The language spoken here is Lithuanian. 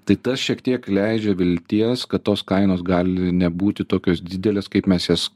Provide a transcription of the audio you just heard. tai tas šiek tiek leidžia vilties kad tos kainos gali nebūti tokios didelės kaip mes jas